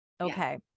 okay